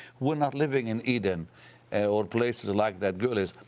we're not living in eden and or places like that girl is.